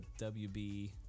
WB